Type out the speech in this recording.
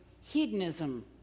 hedonism